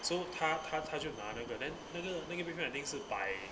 so 她她她就拿那个 then and 那个那个 bed frame 肯定是百